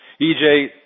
EJ